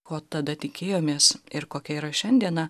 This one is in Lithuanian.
ko tada tikėjomės ir kokia yra šiandiena